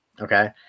Okay